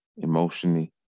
emotionally